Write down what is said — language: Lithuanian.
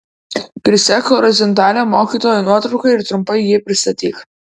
prisek horizontalią mokytojo nuotrauką ir trumpai jį pristatyk